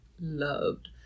loved